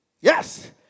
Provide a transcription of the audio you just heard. Yes